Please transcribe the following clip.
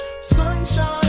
Sunshine